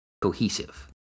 cohesive